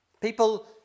People